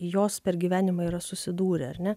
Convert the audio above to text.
jos per gyvenimą yra susidūrę ar ne